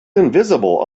invisible